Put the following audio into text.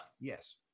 Yes